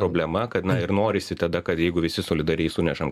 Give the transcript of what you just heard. problema kad na ir norisi tada kad jeigu visi solidariai sunešam